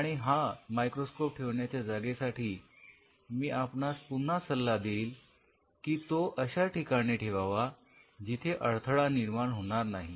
आणि हा मायक्रोस्कोप ठेवण्याच्या जागेसाठी मी आपणास पुन्हा सल्ला देईल की तो अशा ठिकाणी ठेवावा जिथे अडथळा निर्माण होणार नाही